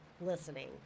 listening